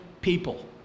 people